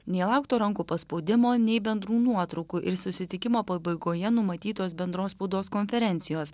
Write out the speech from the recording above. nei laukto rankų paspaudimo nei bendrų nuotraukų ir susitikimo pabaigoje numatytos bendros spaudos konferencijos